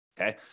Okay